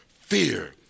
fear